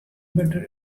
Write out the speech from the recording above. butter